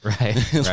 right